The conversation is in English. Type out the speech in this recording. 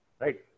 right